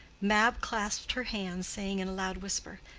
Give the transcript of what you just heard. mab clasped her hands, saying in a loud whisper,